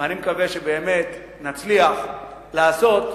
ואני מקווה שבאמת נצליח לעשות,